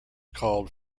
called